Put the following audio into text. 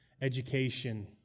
education